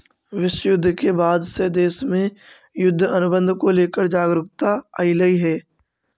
विश्व युद्ध के बाद से देश में युद्ध अनुबंध को लेकर जागरूकता अइलइ हे